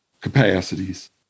capacities